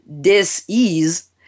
dis-ease